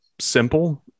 simple